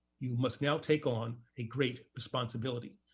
you must now take on a great responsibility.